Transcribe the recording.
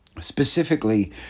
specifically